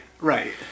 Right